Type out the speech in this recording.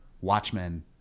Watchmen